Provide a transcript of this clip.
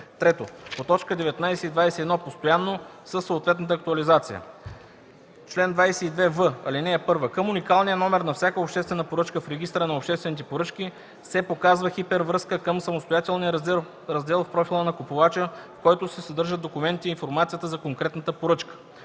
им; 3. по т. 19 и 21 – постоянно, със съответната актуализация. Чл. 22в. (1) Към уникалния номер на всяка обществена поръчка в Регистъра на обществените поръчки се показва хипервръзка към самостоятелния раздел в профила на купувача, в който се съдържат документите и информацията за конкретната поръчка.